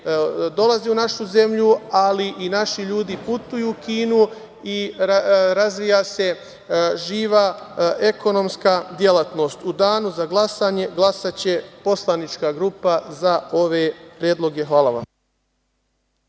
dolazio u našu zemlju, ali i naši ljudi putuju u Kinu i razvija se živa ekonomska delatnost.U danu za glasanje glasaće poslanička grupa za ove predloge. Hvala vam.